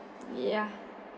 yeah